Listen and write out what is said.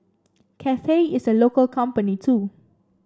Cathay is a local company too